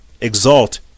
exalt